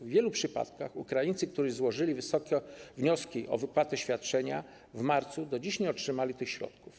W wielu przypadkach Ukraińcy, którzy złożyli wnioski o wypłatę świadczenia w marcu, do dziś nie otrzymali tych środków.